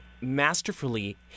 masterfully